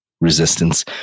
resistance